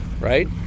right